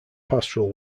pastoral